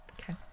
Okay